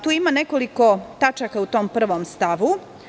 Tu ima nekoliko tačaka u tom 1. stavu.